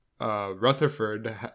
Rutherford